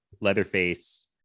Leatherface